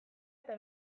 eta